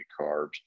carbs